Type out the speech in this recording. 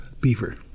beaver